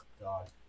God